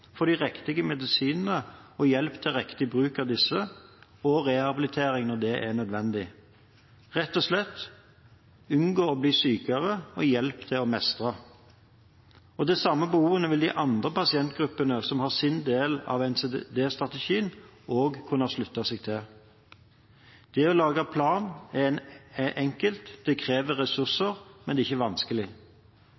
riktige medisiner og hjelp til riktig bruk av disse samt rehabilitering når det er nødvendig – rett og slett å unngå å bli sykere og å få hjelp til å mestre. De samme behovene vil de andre pasientgruppene som har sine deler av NCD-strategien, også kunne slutte seg til. Det å lage en plan er enkelt, det krever